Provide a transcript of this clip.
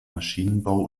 maschinenbau